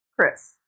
Chris